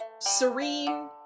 serene